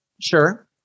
Sure